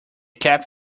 cap